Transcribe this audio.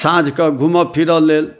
साँझ कऽ घूमऽ फिरऽ लेल